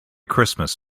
christmas